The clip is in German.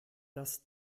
das